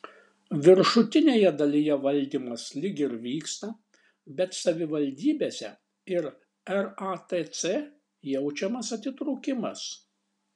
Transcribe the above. viršutinėje dalyje valdymas lyg ir vyksta bet savivaldybėse ir ratc jaučiamas atitrūkimas